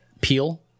Peel